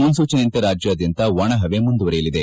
ಮುನ್ನೂಚನೆಯಂತೆ ರಾಜ್ನಾದ್ನಂತ ಒಣಹವೆ ಮುಂದುವರೆಯಲಿದೆ